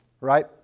right